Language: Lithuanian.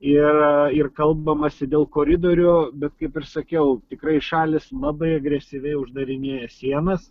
ir ir kalbamasi dėl koridorių bet kaip ir sakiau tikrai šalys labai agresyviai uždarinėja sienas